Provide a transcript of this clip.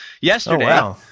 Yesterday